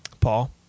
Paul